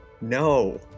No